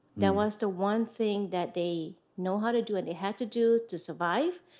that was the one thing that they know how to do and had to do to survive.